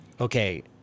okay